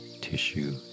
tissue